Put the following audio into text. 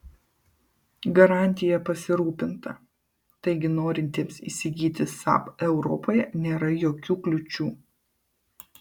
garantija pasirūpinta taigi norintiems įsigyti saab europoje nėra jokių kliūčių